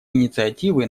инициативы